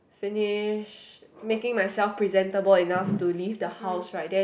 finish making myself presentable enough to leave the house right then